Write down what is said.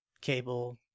cable